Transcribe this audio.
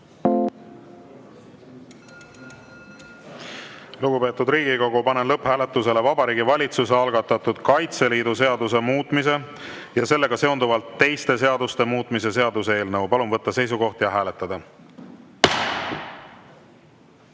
Riigikogu, panen lõpphääletusele Vabariigi Valitsuse algatatud Kaitseliidu seaduse muutmise ja sellega seonduvalt teiste seaduste muutmise seaduse eelnõu. Palun võtta seisukoht ja hääletada!